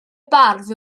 bardd